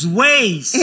ways